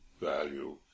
value